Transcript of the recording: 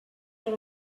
tot